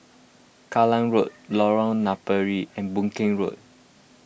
Kallang Road Lorong Napiri and Boon Keng Road